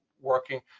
working